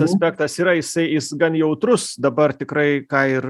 aspektas yra jisai jis gan jautrus dabar tikrai ką ir